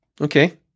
Okay